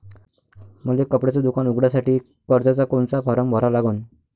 मले कपड्याच दुकान उघडासाठी कर्जाचा कोनचा फारम भरा लागन?